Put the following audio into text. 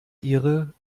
ihre